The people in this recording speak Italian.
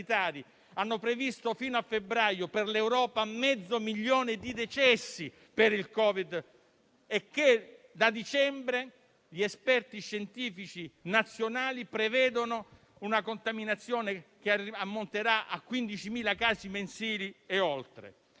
hanno previsto, fino a febbraio, mezzo milione di decessi per il Covid e che da dicembre gli esperti scientifici nazionali prevedono un contagio che ammonterà a 15.000 casi mensili e oltre.